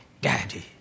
Daddy